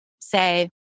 say